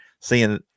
Seeing